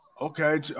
Okay